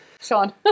Sean